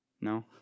No